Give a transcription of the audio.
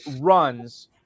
runs